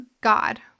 God